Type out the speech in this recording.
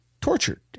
tortured